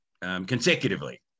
consecutively